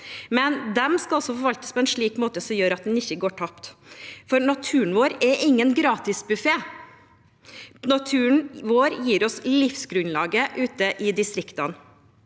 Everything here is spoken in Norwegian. men de skal forvaltes på en slik måte at de ikke går tapt, for naturen vår er ingen gratisbuffé. Naturen vår gir oss livsgrunnlaget ute i distriktene.